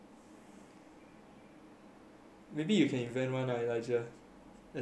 maybe you can invent [one] lah elijah as a computing student in N_U_S